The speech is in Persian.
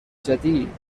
جدید